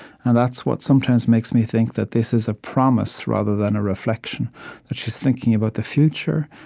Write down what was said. and that's what sometimes makes me think that this is a promise, rather than a reflection that she's thinking about the future,